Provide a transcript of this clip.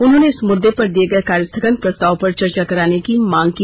उन्होंने इस मुददे पर दिये गये कार्यस्थगन प्रस्ताव पर चर्चा कराने की मांग की